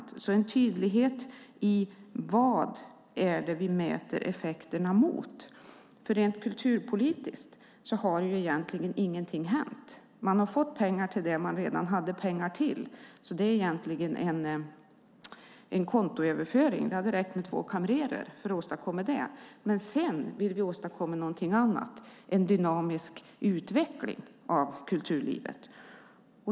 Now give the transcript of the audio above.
Det handlar om en tydlighet när det gäller vad det är vi mäter effekterna mot. För rent kulturpolitiskt har egentligen ingenting hänt. Man har fått pengar till det man redan hade pengar till. Det är egentligen en kontoöverföring. Det hade räckt med två kamrerer för att åstadkomma det. Men sedan vill vi åstadkomma någonting annat, en dynamisk utveckling av kulturlivet.